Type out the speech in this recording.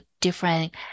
different